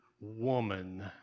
woman